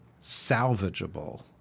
salvageable